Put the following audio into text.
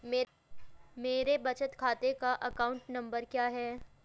मेरे बचत खाते का अकाउंट नंबर क्या है?